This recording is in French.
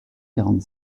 quarante